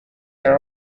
are